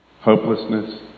Hopelessness